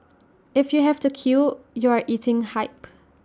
if you have to queue you are eating hype